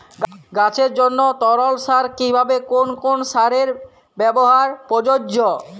গাছের জন্য তরল সার হিসেবে কোন কোন সারের ব্যাবহার প্রযোজ্য?